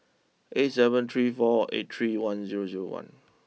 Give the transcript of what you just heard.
eight seven three four eight three one zero zero one